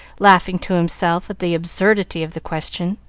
laughing to himself at the absurdity of the question.